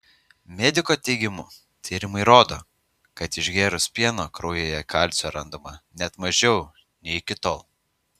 mediko teigimu tyrimai rodo kad išgėrus pieno kraujyje kalcio randama net mažiau nei iki tol